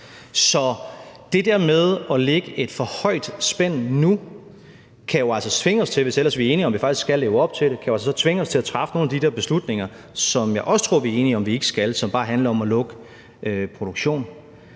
Så det der med at lægge et for højt spænd nu kan jo altså tvinge os til – hvis ellers vi er enige om, at vi skal leve op til det – at træffe nogle af de der beslutninger, som jeg også tror vi er enige om vi ikke skal, og som bare handler om at lukke produktion.